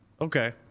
Okay